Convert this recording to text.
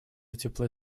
теплые